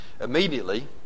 Immediately